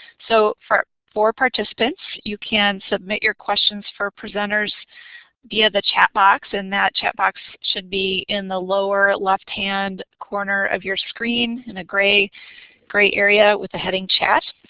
so for for participants you can submit your questions for presenters via the chat box and that chat box should be in the lower left hand corner of your screen in a gray gray area with the heading chat,